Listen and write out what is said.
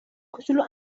کوچولو